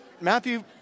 Matthew